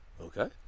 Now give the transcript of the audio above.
Okay